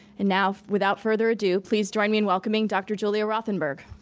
and now, without further ado, please join me in welcoming dr. julia rothenberg.